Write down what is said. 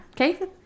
okay